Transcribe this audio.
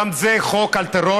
גם זה חוק על טרור.